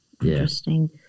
Interesting